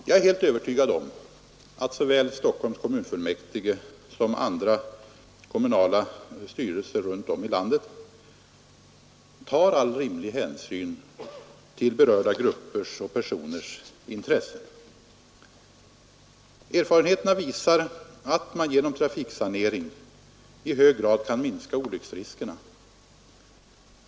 Jag är helt övertygad om att såväl Stockholms kommunfullmäktige som andra kommunala styrelser runt om i landet tar all rimlig hänsyn till berörda gruppers och personers intressen. Erfarenheterna visar att man genom trafiksanering i hög grad kan minska olycksriskerna.